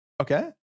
Okay